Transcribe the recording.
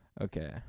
Okay